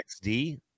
xd